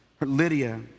Lydia